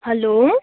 hello